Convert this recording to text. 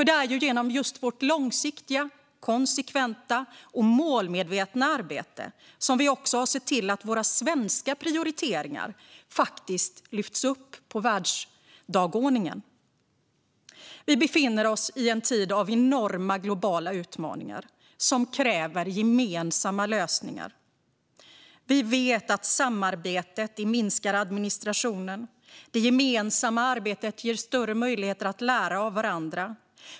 Det är ju genom Sveriges långsiktiga, konsekventa och målmedvetna arbete som vi också ser till att våra svenska prioriteringar faktiskt lyfts upp på världsdagordningen. Vi befinner oss i en tid av enorma globala utmaningar som kräver gemensamma lösningar. Vi vet att samarbete minskar administrationen, och det gemensamma arbetet ger större möjligheter att lära av varandra.